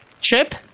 Chip